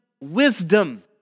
wisdom